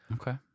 Okay